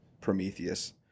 Prometheus